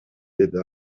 деди